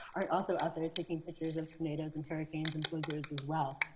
are also out there taking pictures of tornadoes, and hurricanes, and blizzards as well.